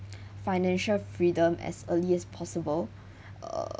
financial freedom as early as possible err